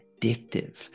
addictive